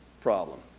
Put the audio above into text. problem